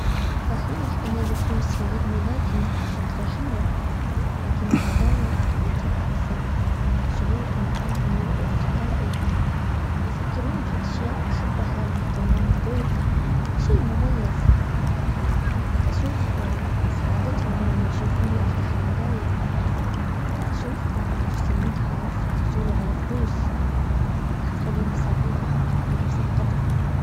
صحيح ان الفلوس في عيد ميلادي فترة حلوة لكن الهدايا ممتعة اكثر شعور ان اهلي والتقائي يفكرون في اشياء احبها ويهتمون بذوقي شي مميز اشوف سعادتهم لما يشوفوني افتح الهدايا ما اشوف نفس المتعة في حصولي على فلوس. راح تخليني سعيدة بنفس القدر